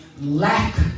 Lack